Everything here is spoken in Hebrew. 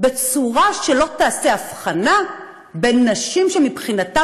בצורה שלא תיעשה בה הבחנה בין נשים שמבחינתן